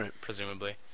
presumably